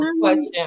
question